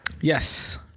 Yes